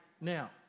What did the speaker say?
now